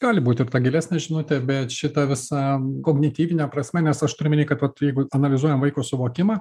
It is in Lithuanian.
gali būt ir tą gilesnė žinutė bet šita visa kognityvine prasme nes aš turiu omeny kad vat jeigu analizuojam vaiko suvokimą